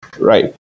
Right